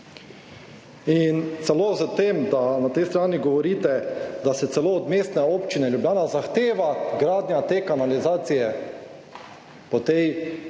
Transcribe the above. Celo s tem, da na tej strani govorite, da se celo od Mestne občine Ljubljana zahteva gradnja te kanalizacije na tej trasi